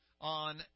on